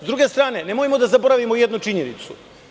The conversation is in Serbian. S druge strane, nemojmo da zaboravimo jednu činjenicu.